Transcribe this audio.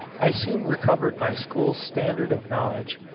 i soon recovered my school standard of knowledge,